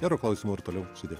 gero klausymo ir toliau sudie